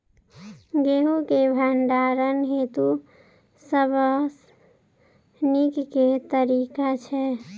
गेंहूँ केँ भण्डारण हेतु सबसँ नीक केँ तरीका छै?